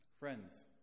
Friends